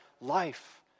life